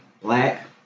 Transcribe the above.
black